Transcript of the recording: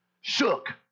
shook